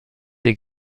des